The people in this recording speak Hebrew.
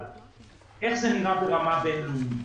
איך זה נראה ברמה בין-לאומית.